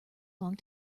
long